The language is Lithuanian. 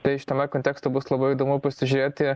tai šitame kontekste bus labai įdomu pasižiūrėti